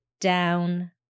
down